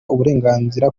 uburenganzira